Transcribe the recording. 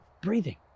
breathing